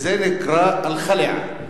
וזה נקרא "אל-חַ'לְע".